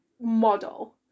model